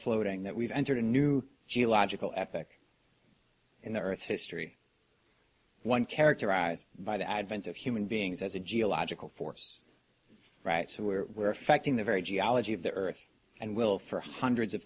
floating that we've entered a new geological epic in the earth's history one characterized by the advent of human beings as a geological force right so we were affecting the very geology of the earth and will for hundreds of